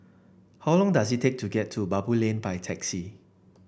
how long does it take to get to Baboo Lane by taxi